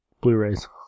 Blu-rays